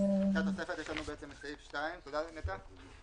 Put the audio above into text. אחרי התוספת יש לנו את סעיף 2. תודה לנטע.